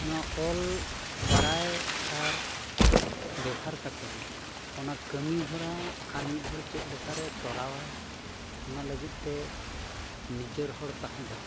ᱱᱚᱣᱟ ᱚᱞ ᱵᱟᱲᱟᱭ ᱟᱨ ᱵᱮᱵᱷᱟᱨ ᱠᱟᱛᱮᱫ ᱚᱱᱟ ᱠᱟᱹᱢᱤᱦᱚᱨᱟ ᱟᱨ ᱢᱤᱫ ᱦᱚᱲ ᱪᱮᱫ ᱞᱮᱠᱟᱨᱮ ᱛᱚᱨᱟᱣᱟᱭ ᱚᱱᱟ ᱞᱟᱹᱜᱤᱫᱼᱛᱮ ᱱᱤᱡᱮᱨ ᱦᱚᱲ ᱛᱟᱦᱮᱸ ᱫᱚᱨᱠᱟᱨ